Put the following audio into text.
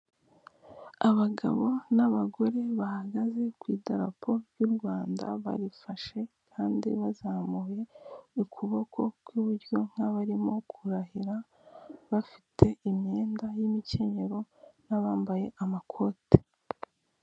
Abagabo n'abagore bahagaze ku idarapo ry'u Rwanda barifashe kandi bazamuye ukuboko kw'iburyo nk'abarimo kurahira bafite imyenda y'imikenyero n'abambaye amakote.